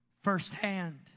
firsthand